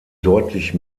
deutlich